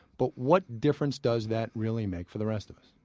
but what difference does that really make for the rest of us?